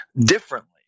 differently